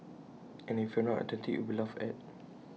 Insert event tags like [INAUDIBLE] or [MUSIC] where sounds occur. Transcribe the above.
and if you are not authentic you will be laughed at [NOISE]